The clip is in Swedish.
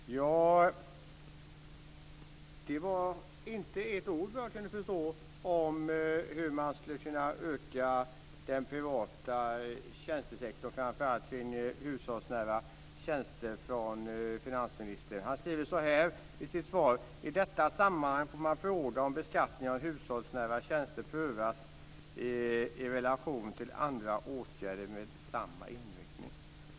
Fru talman! Det kom inte ett ord, såvitt jag kunde förstå, om hur man skulle kunna öka den privata tjänstesektorn - framför allt kring hushållsnära tjänster - från finansministern. Han skriver så här i sitt svar: "I detta sammanhang får frågan om beskattningen av hushållsnära tjänster prövas i relation till andra åtgärder med samma inriktning."